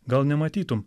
gal nematytum